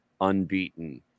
unbeaten